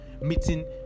meeting